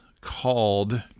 called